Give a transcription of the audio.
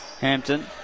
Hampton